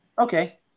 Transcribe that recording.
Okay